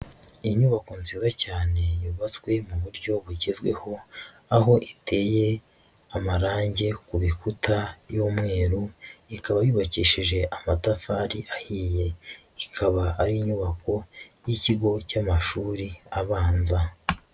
Inyubako nziza cyane yubatswe mu buryo bugezweho, aho iteye amarange ku bikuta y'umweru, ikaba yubakishije amatafari ahiye, ikaba ari inyubako y'ikigo cy'amashuri abanza.